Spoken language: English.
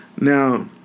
Now